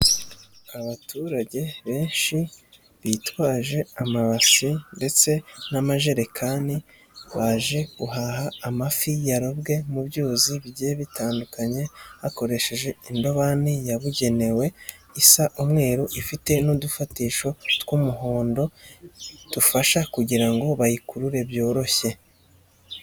Abaturage benshi bitwaje amabasi ndetse n'amajerekani baje guhaha amafi yarobwe mu byuzi bigiye bitandukanye bakoresheje indobani yabugenewe isa umweru ifite n'dufatisho tw'umuhondo dufasha kugira ngo bayikurure byoroshye.